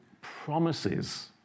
promises